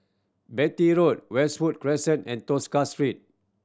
Beatty Road Westwood Crescent and Tosca Street